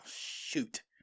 shoot